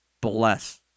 bless